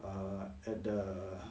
err at the